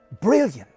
Brilliant